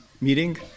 meeting